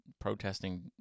Protesting